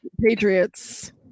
Patriots